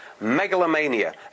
Megalomania